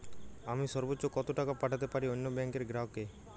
আমি সর্বোচ্চ কতো টাকা পাঠাতে পারি অন্য ব্যাংক র গ্রাহক কে?